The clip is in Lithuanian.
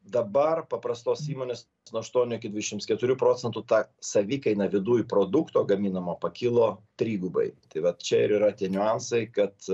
dabar paprastos įmonės nuo aštuonių iki dvidešimts keturių procentų ta savikaina viduj produkto gaminamo pakilo trigubai tai vat čia ir yra tie niuansai kad